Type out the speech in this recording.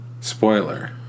Spoiler